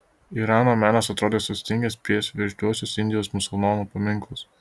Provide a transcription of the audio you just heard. irano menas atrodė sustingęs prieš veržliuosius indijos musulmonų paminklus